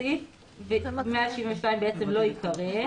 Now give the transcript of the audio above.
סעיף 172 בעצם לא ייקרא.